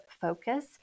focus